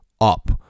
up